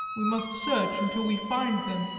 we must search until we find them.